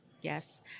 yes